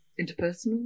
interpersonal